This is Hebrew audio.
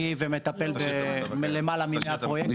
אני מטפל בלמעלה ממאה פרויקטים.